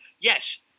yes